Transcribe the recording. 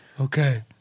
Okay